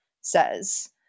says